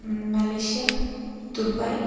Malaysia Dubai